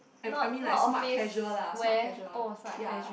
I I mean like smart casual lah smart casual ya